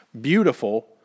beautiful